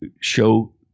show